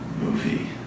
movie